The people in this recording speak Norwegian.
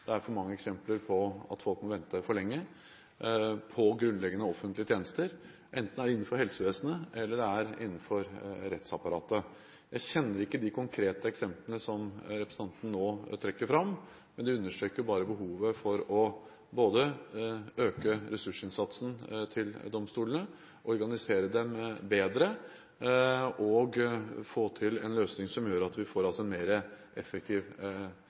det er for mange eksempler på at folk må vente for lenge på grunnleggende offentlige tjenester, enten det er innenfor helsevesenet, eller det er innenfor rettsapparatet. Jeg kjenner ikke de konkrete eksemplene som representanten nå trekker fram, men det understreker bare behovet for å øke ressursinnsatsen til domstolene, organisere dem bedre og få til en løsning som gjør at vi får en mer effektiv